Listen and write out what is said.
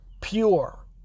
pure